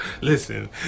listen